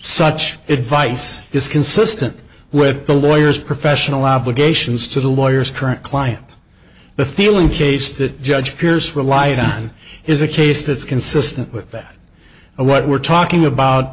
such advice is consistent with the lawyers professional obligations to the lawyers current clients the feeling case that judge pierce relied on is a case that's consistent with that and what we're talking about